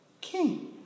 King